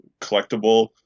collectible